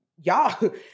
y'all